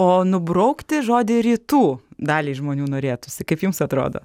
o nubraukti žodį rytų daliai žmonių norėtųsi kaip jums atrodo